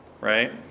Right